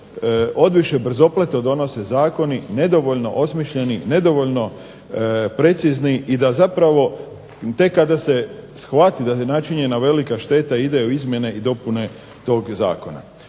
odviše brzopleto donose zakoni nedovoljno osmišljeni, nedovoljno precizni i da zapravo tek kada se shvati da je načinjena velika šteta ide u izmjene i dopune tog zakona.